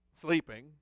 sleeping